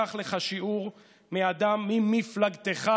קח לך שיעור מאדם ממפלגתך,